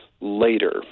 later